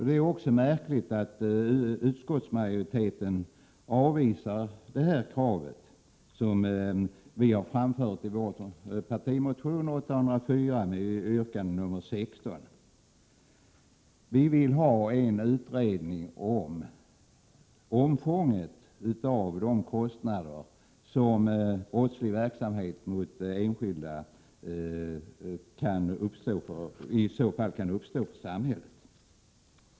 Det är också märkligt att utskottsmajoriteten avvisar det krav som vi har framfört i vår partimotion Ju814, yrkande 16. Vi vill ha en utredning om omfånget av de kostnader som kan uppstå för samhället av brottslig verksamhet mot enskilda.